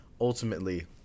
ultimately